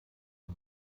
ein